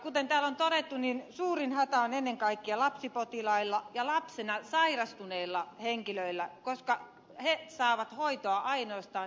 kuten täällä on todettu suurin hätä on ennen kaikkea lapsipotilailla ja lapsena sairastuneilla henkilöillä koska he saavat hoitoa ainoastaan heinolassa